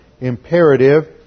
imperative